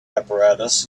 apparatus